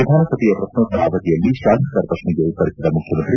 ವಿಧಾನಸಭೆಯ ಪ್ರಶ್ನೋತ್ತರ ಅವಧಿಯಲ್ಲಿ ಶಾಸಕರ ಪ್ರಶ್ನೆಗೆ ಉತ್ತರಿಸಿದ ಮುಖ್ಚಿಮಂತ್ರಿ